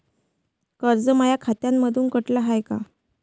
कर्ज माया खात्यामंधून कटलं हाय का?